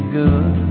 good